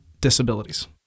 disabilities